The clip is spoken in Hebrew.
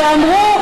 שאמרו: